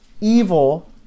evil